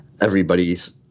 everybody's